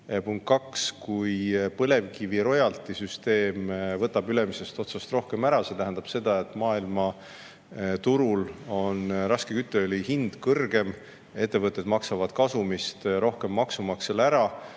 Punkt kaks: kui põlevkiviroyalty-süsteem võtab ülemisest otsast rohkem ära, see tähendab seda, et maailmaturul on raske kütteõli hind kõrgem, ettevõtted maksavad kasumist rohkem maksumaksjale ära,